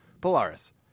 Polaris